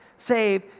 save